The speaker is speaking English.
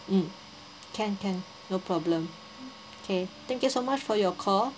mm can can no problem okay thank you so much for your call